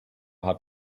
hat